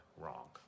wrong